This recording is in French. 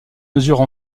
mesure